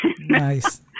nice